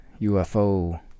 UFO